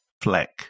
Fleck